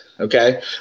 Okay